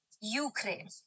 Ukraine